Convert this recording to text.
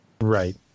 Right